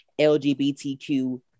lgbtq